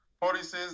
policies